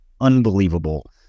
Unbelievable